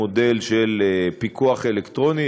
מודל של פיקוח אלקטרוני.